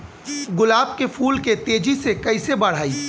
गुलाब के फूल के तेजी से कइसे बढ़ाई?